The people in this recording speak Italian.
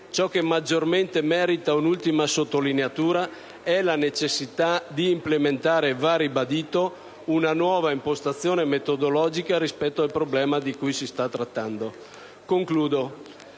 Ciò che maggiormente merita un'ultima sottolineatura è la necessità di implementare - va ribadito - una nuova impostazione metodologica rispetto al problema di cui si sta trattando. In